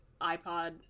iPod